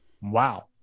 Wow